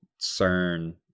CERN